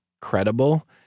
credible